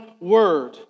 word